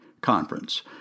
Conference